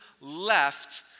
left